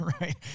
Right